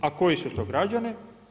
A koji su to građani?